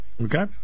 okay